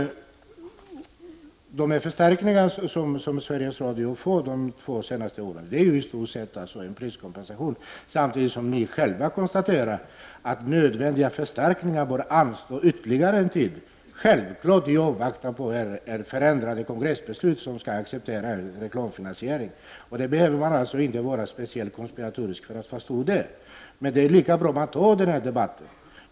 De förstärkningar som Sveriges Radio har fått de senaste två åren är i stort sett en priskompensation. Samtidigt konstaterar ni själva att nödvändiga förstärkningar bör anstå ytterligare en tid. Det är självklart i avvaktan på ett förändrat kongressbeslut, genom vilket reklamfinansiering skall accepteras. För att förstå det behöver man inte vara speciellt konspiratorisk. Men det är lika bra att ta den debatten.